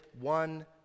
one